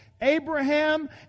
Abraham